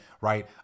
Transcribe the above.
right